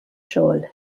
xogħol